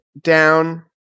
down